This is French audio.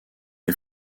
est